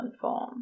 form